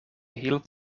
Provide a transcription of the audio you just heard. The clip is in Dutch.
hield